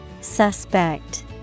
Suspect